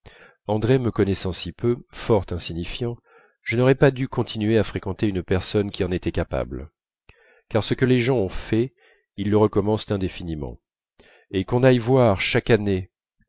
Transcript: andrée me connaissant si peu fort insignifiant je n'aurais pas dû continuer à fréquenter une personne qui en était capable car ce que les gens ont fait ils le recommencent indéfiniment et qu'on aille voir chaque année